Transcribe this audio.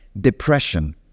Depression